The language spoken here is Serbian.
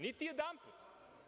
Niti jedanput.